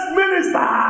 minister